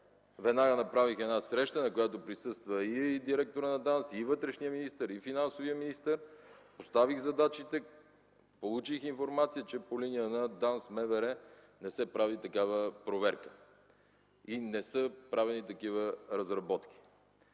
Веднага направих среща, на която присъства директорът на ДАНС, вътрешният министър и финансовият министър. Поставих задачите. Получих информация, че по линия на ДАНС, МВР не се прави такава проверка и не са правени такива разработки.